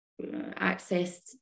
accessed